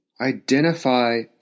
Identify